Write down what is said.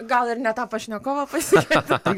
gal ir ne tą pašnekovą pasiūlėt